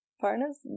partner's